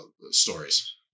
stories